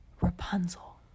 Rapunzel